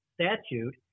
statute